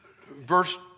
verse